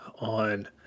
on